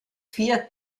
vier